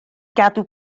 gadw